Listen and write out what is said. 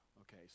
Okay